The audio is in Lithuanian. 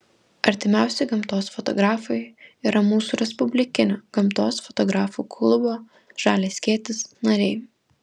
artimiausi gamtos fotografai yra mūsų respublikinio gamtos fotografų klubo žalias skėtis nariai